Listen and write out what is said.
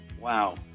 Wow